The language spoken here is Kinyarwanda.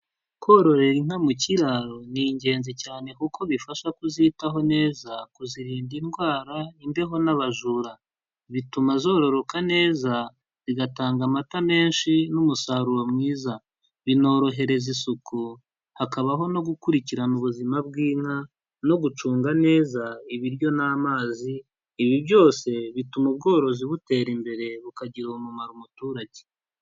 Kororera inka mu kiraro ni ingenzi cyane kuko bifasha kuzitaho neza kuzirinda indwara, imbeho n'abajura, bituma zororoka neza bigatanga amata menshi n'umusaruro mwiza, binorohereza isuku, hakabaho no gukurikirana ubuzima bw'inka, no gucunga neza ibiryo n'amazi, ibi byose bituma ubworozi butera imbere bukagirira umumararo umuturage.